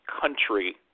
country